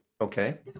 Okay